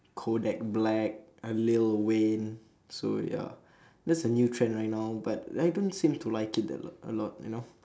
kodak-black uh lil-wayne so ya that's the new trend right now but I don't seem to like it that lot a lot you know